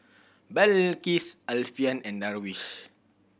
Balqis Alfian and Darwish